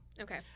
okay